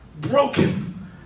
broken